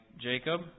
Jacob